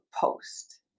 post